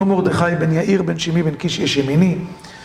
מרדכי בן יאיר בן שמי בן קיש איש ימיני